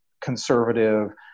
conservative